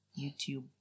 YouTube